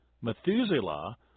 Methuselah